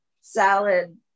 salad